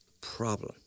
problem